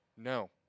No